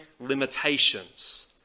limitations